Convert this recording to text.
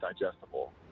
digestible